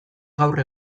gaur